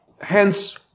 Hence